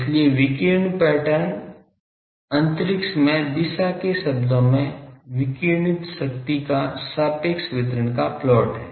इसलिए विकिरण पैटर्न अंतरिक्ष में दिशा के शब्दों में विकिरणित शक्ति का सापेक्ष वितरण का प्लॉट है